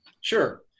Sure